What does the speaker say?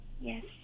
Yes